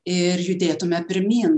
ir judėtume pirmyn